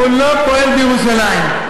הוא לא פועל בירושלים.